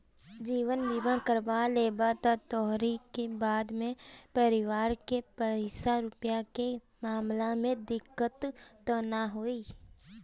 जीवन बीमा करवा लेबअ त तोहरी बाद परिवार के पईसा रूपया के मामला में दिक्कत तअ नाइ होई